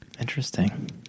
Interesting